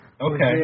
Okay